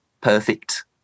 perfect